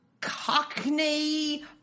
cockney